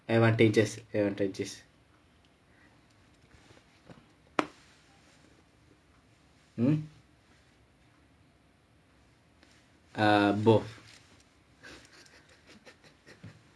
advantages advantages mm err both